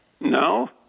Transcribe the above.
No